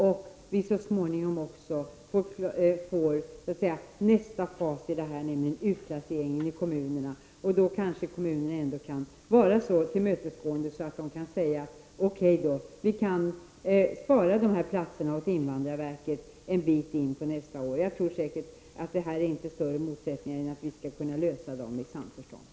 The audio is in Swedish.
Och när vi så småningom också kommer till nästa fas, nämligen utplaceringen i kommunerna, kan kanske kommunerna vara så tillmötesgående att de säger: Okej, vi kan spara de här platserna åt invandrarverket en bit in på nästa år. Jag tror säkert att det inte finns större motsättningar än att vi skall kunna lösa dem i samförstånd.